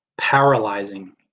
paralyzing